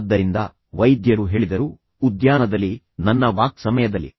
ಆದ್ದರಿಂದ ವೈದ್ಯರು ಹೇಳಿದರು ಉದ್ಯಾನದಲ್ಲಿ ನನ್ನ ವಾಕ್ ಸಮಯದಲ್ಲಿ